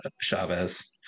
Chavez